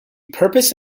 purpose